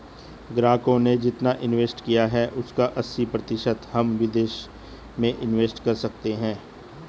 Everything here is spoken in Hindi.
ग्राहकों ने जितना इंवेस्ट किया है उसका अस्सी प्रतिशत हम विदेश में इंवेस्ट कर सकते हैं